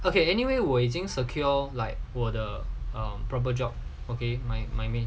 okay anyway 我已经 secure like where proper job okay my my me